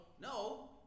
No